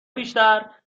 بیشتر